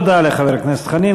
תודה לחבר הכנסת חנין.